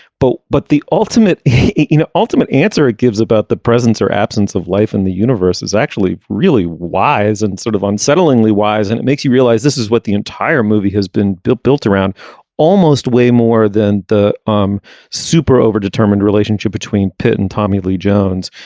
but but the ultimate you know ultimate answer it gives about the presence or absence of life in the universe is actually really wise and sort of unsettling lee wise and it makes you realize this is what the entire movie has been built built around almost way more than the um super over determined relationship between pitt and tommy lee jones.